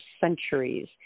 centuries